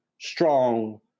strong